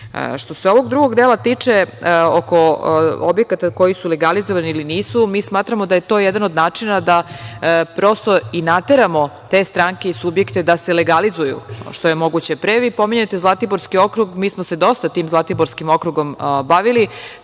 se ovog drugog dela tiče oko objekata koji su legalizovani ili nisu, mi smatramo da je to jedan od načina da prosto nateramo te stranke i subjekte da se legalizuju što je moguće pre. Vi pominjete Zlatiborski okrug, mi smo se dosta tim Zlatiborskim okrugom bavili.